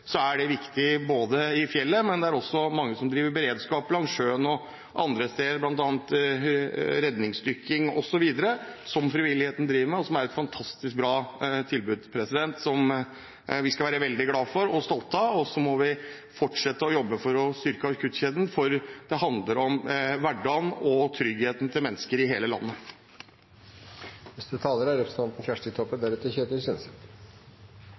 er de viktige i fjellet. Men det er også mange som driver med beredskap ved sjøen og andre steder, bl.a. redningsdykking osv., som frivilligheten driver med, og som er et fantastisk bra tilbud, som vi skal være veldig glad for og stolt av. Så må vi fortsette å jobbe for å styrke akuttkjeden, for det handler om hverdagen og tryggheten til mennesker i hele landet. Først til dei frivillige: Det er